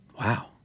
Wow